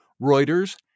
Reuters